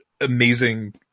amazing